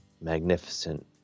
magnificent